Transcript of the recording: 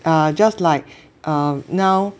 uh just like uh now